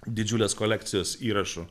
didžiulės kolekcijos įrašų